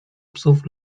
psów